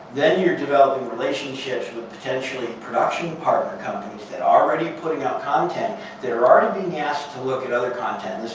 then you're developing relationships with potentially production partner companies that are already and putting out content that are already being asked to look at other content.